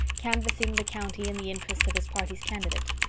canvassing the county in the interests of his party's candidate.